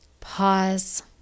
pause